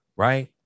Right